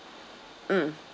mm